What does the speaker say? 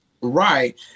Right